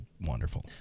wonderful